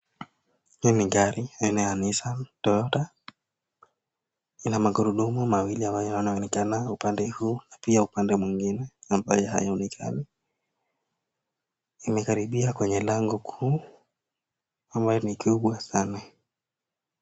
Hii ni gari haina ya Nissan Toyota , inamagurudumu mawili inaonekana upande huu pia upande mwingine ambaye haionekani, imekaribia kwenye lango kuu ambao ni kubwa sana.